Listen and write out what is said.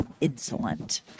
insolent